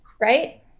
Right